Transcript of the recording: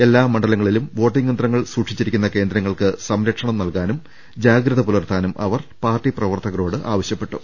എല്ലാ മണ്ഡലങ്ങളിലും വോട്ടിങ്ങ് യന്ത്രങ്ങൾ സൂക്ഷിച്ചിരിക്കുന്ന കേന്ദ്ര ങ്ങൾക്ക് സംരക്ഷണം നൽകാനും ജാഗ്രത പുലർത്താനും അവർ പാർട്ടി പ്രവർത്തകരോട് ആവശ്യപ്പെട്ടു